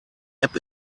app